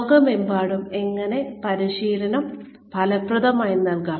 ലോകമെമ്പാടും എങ്ങനെ പരിശീലനം ഫലപ്രദമായി നൽകാം